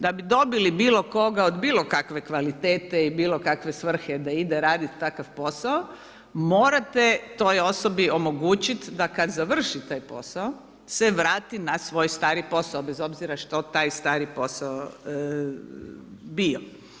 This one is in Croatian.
Da bi dobili bilo koga od bilo kakve kvalitete i bilo kakve svrhe da ide raditi takav posao, morate toj osobi omogućiti da kada završi taj posao se vrati na svoj stari posao bez obzira što taj stari posao bio.